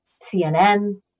CNN